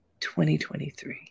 2023